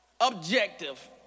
objective